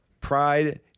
pride